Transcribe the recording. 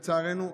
לצערנו,